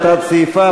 על תת-סעיפיו,